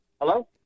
Hello